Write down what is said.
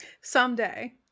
someday